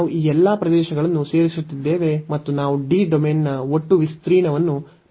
ನಾವು ಈ ಎಲ್ಲಾ ಪ್ರದೇಶಗಳನ್ನು ಸೇರಿಸುತ್ತಿದ್ದೇವೆ ಮತ್ತು ನಾವು D ಡೊಮೇನ್ನ ಒಟ್ಟು ವಿಸ್ತೀರ್ಣವನ್ನು ಪಡೆಯುತ್ತೇವೆ